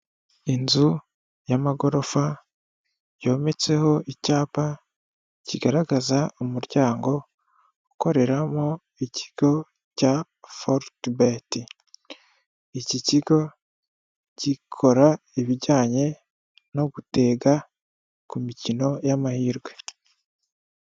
Inzu y'amagorofa, yometseho icyapa kigaragaza umuryango ukoreramo ikigo cya Forutibeti. Iki kigo gikora ibijyanye no gutega ku mikino y'amahirwe.